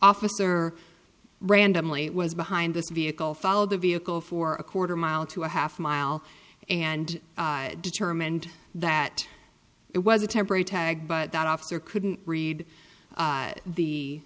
officer randomly was behind this vehicle follow the vehicle for a quarter mile to a half mile and determined that it was a temporary tag but that officer couldn't read